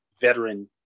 veteran